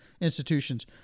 institutions